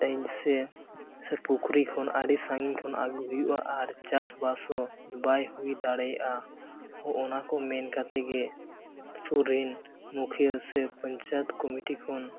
ᱥᱮ ᱯᱩᱠᱷᱨᱤ ᱠᱷᱚᱱ ᱟᱹᱰᱤ ᱥᱟᱺᱜᱤᱧ ᱠᱷᱚᱱ ᱟᱹᱜᱩ ᱦᱩᱭᱩᱜᱼᱟ ᱟᱨ ᱪᱟᱥᱵᱟᱥ ᱦᱚᱸ ᱵᱟᱭ ᱦᱩᱭ ᱫᱟᱲᱮᱭᱟᱜᱼᱟ ᱚᱱᱟ ᱠᱚ ᱢᱮᱱ ᱠᱟᱛᱮᱫ ᱜᱮ ᱟᱹᱛᱩ ᱨᱤᱱ ᱢᱩᱠᱷᱤᱭᱟᱹ ᱥᱮ ᱯᱚᱧᱪᱟᱭᱮᱛ ᱠᱚᱢᱤᱴᱤ ᱠᱷᱚᱱ